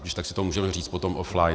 Když tak si to můžeme říct potom offline.